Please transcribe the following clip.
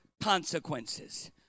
consequences